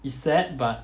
it's sad but